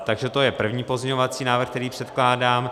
Takže to je první pozměňovací návrh, který předkládám.